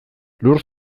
lur